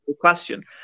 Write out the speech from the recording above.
question